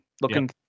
looking